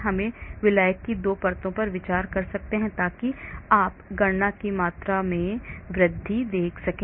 हम विलायक की 2 परतों पर विचार कर सकते हैं ताकि आप गणना की मात्रा में वृद्धि देख सकें